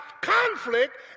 conflict